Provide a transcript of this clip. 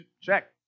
Check